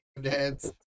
dance